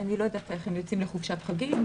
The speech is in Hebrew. אני לא יודעת איך הם יוצאים לחופשת חוגים.